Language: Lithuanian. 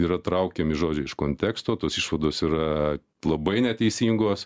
yra traukiami žodžiai iš konteksto tos išvados yra labai neteisingos